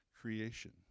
creation